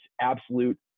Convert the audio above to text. absolute